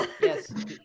Yes